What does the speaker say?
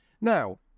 Now